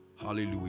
Hallelujah